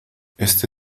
este